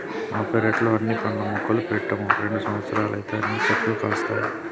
మా పెరట్లో అన్ని పండ్ల మొక్కలు పెట్టాము రెండు సంవత్సరాలైతే అన్ని చెట్లు కాస్తాయి